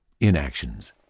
inactions